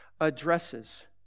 addresses